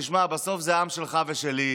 תשמע, בסוף, זה העם שלך ושלי.